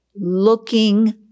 looking